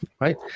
right